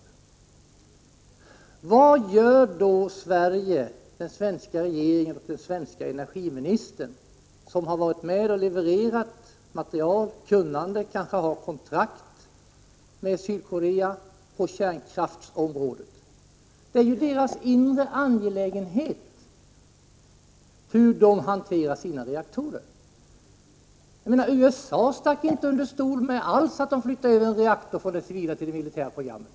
Vad görs då från svensk sida? Vad gör den svenska regeringen och den svenska energiministern som har varit med om att leverera material och kunnande och som kanske också har varit med om att upprätta kontrakt med Sydkorea på kärnkraftsområdet? Hur man i Sydkorea hanterar sina reaktorer är ju en angelägenhet för det landet. I USA stack man ju inte alls under stol med att en reaktor flyttades över från det civila till det militära programmet.